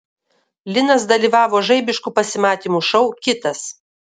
linas dalyvavo žaibiškų pasimatymų šou kitas